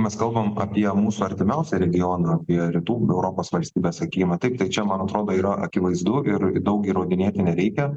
mes kalbam apie mūsų artimiausią regioną apie rytų europos valstybes sakykime taip tai čia man atrodo yra akivaizdu ir daug įrodinėti nereikia